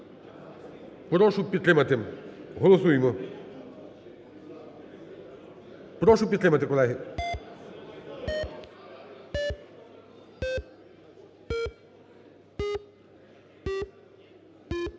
прошу підтримати. Голосуємо. Прошу підтримати, колеги.